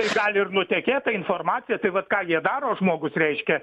tai gali ir nutekėt ta informacija tai vat ką jie daro žmogus reiškia